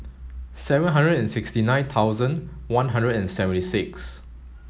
seven hundred and sixty nine thousand one hundred and seventy six